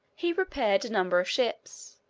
he prepared a number of ships,